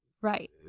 Right